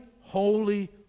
holy